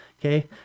Okay